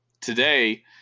Today